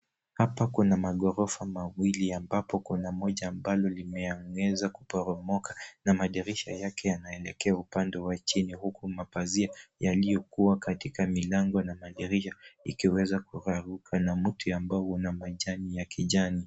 Hapa kuna magorofa mawili ambapo kuna moja ambalo limeonyesha kuporomoka na madirisha yake yanaelekea upande wa chini huku mapazia yaliyo kuwa katika milango na madirisha ikiweza kularuka. Kuna mti ambao una majani ya kijani.